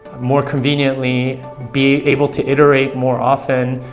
more conveniently, be able to iterate more often